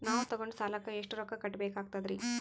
ನಾವು ತೊಗೊಂಡ ಸಾಲಕ್ಕ ಎಷ್ಟು ರೊಕ್ಕ ಕಟ್ಟಬೇಕಾಗ್ತದ್ರೀ?